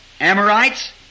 Amorites